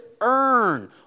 earn